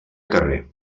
carrer